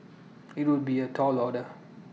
IT would be A tall order